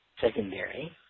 secondary